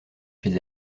chez